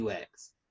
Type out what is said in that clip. UX